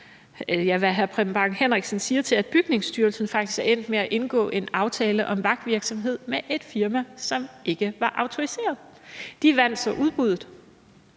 hvad hr. Preben Bang Henriksen siger til, at Bygningsstyrelsen faktisk er endt med at indgå en aftale om vagtvirksomhed med et firma, som ikke var autoriseret. De vandt udbuddet,